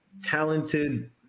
talented